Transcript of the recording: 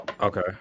Okay